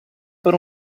per